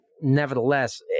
nevertheless